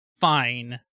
fine